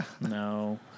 No